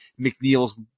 McNeil's